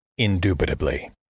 indubitably